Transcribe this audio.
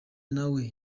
nawe